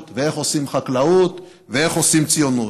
ואיך עושים חקלאות ואיך עושים ציונות.